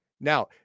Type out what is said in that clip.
Now